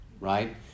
right